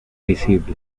visibles